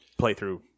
playthrough